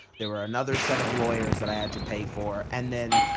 there were another set of lawyers that i had to pay for, and then,